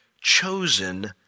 chosen